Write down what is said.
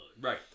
Right